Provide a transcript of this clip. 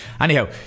anyhow